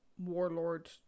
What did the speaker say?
Warlord